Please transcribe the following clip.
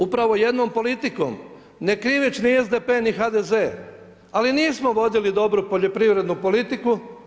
Upravo jednom politikom ne kriveći ni SDP-e, ni HDZ-e, ali nismo vodili dobru poljoprivrednu politiku.